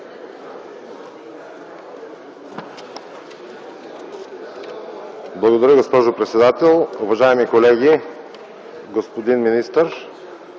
Благодаря, госпожо председател. Уважаеми колеги, господин министър!